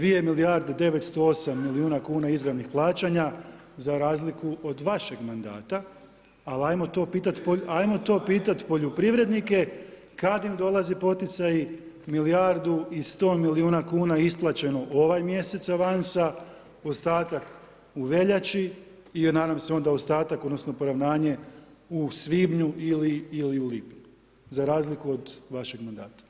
2 milijarde 908 milijuna kn izravnih plaćanja za razliku od vašeg mandata, ali ajmo to pitati poljoprivrednike, kada im dolaze poticaji milijardi i 100 milijuna kn isplaćeno ovaj mjesec avansa ostatak u veljači i nadam se onda ostatak odnosno, poravnanje u svibnju ili u lipnju, za razliku od vašeg mandata.